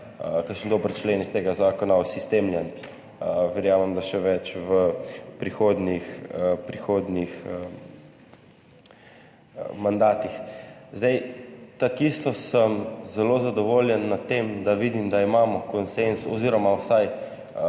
kakšen dober člen iz tega zakona postal sistemski, verjamem, da še več v prihodnjih mandatih. Takisto sem zelo zadovoljen s tem, da vidim, da imamo konsenz oziroma vsaj